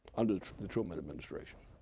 under the truman administration.